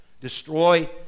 Destroy